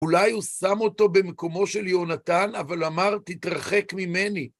אולי הוא שם אותו במקומו של יהונתן, אבל אמר, תתרחק ממני.